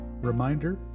reminder